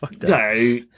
No